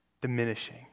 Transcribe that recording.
diminishing